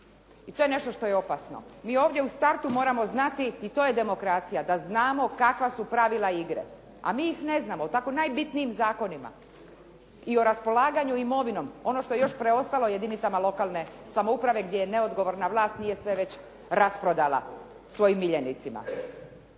I to je nešto što je opasno. Mi ovdje u startu moramo znati i to je demokracija da znamo kakva su pravila igre. A mi ih ne znamo u tako najbitnijim zakonima i o raspolaganju imovinom. Ono što je još preostalo jedinicama lokalne samouprave gdje neodgovorna vlast nije sve već rasprodala svojim miljenicima.